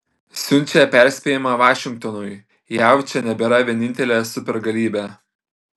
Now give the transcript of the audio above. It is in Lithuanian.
siunčia perspėjimą vašingtonui jav čia nebėra vienintelė supergalybė